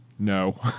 No